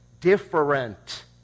different